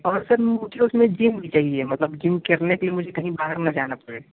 और सर मुझे उसमें जिम भी चाहिए मतलब जिम करने के लिए मुझे कहीं बाहर ना जाना पड़े